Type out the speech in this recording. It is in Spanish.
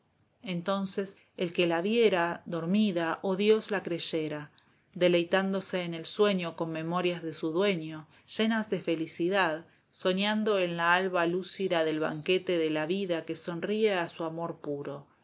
entonces el que la viera dormida oh dios la creyera deleitándose en el sueño con memorias de su dueño llenas de felicidad soñando en la alba lucida del banquete de la vida que sonríe a su amor puro